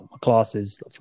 classes